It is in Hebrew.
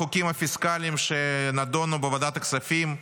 בחוקים הפיסקליים שנדונו בוועדת הכספים,